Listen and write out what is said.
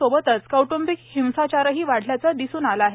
सोबतच कौट्ंबिक हिंसाचारही वाढल्याचे दिसून आले आहे